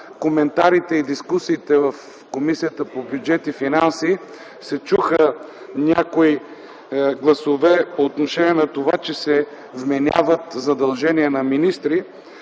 коментарите и дискусиите в Комисията по бюджет и финанси се чуха някои гласове по отношение на това, че се вменяват задължения на министри